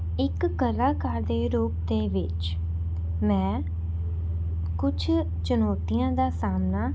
ਇੱਕ ਕਲਾਕਾਰ ਦੇ ਰੂਪ ਦੇ ਵਿੱਚ ਮੈਂ ਕੁਛ ਚੁਣੌਤੀਆਂ ਦਾ ਸਾਹਮਣਾ